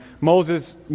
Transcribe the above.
Moses